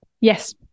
Yes